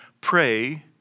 pray